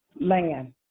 land